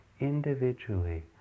individually